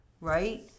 Right